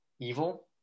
evil